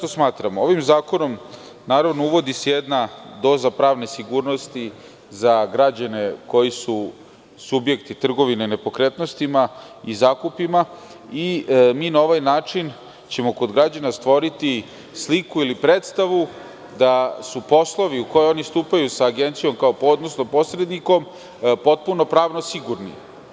Ovim zakonom se uvodi jedna doza pravne sigurnosti za građane koji su subjekti trgovine nepokretnostima i zakupima i na ovaj način ćemo kod građana stvoriti sliku ili predstavu da su poslovi u koje oni stupaju sa Agencijom kao posrednikom potpuno pravno sigurni.